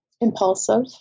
impulsive